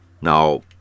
Now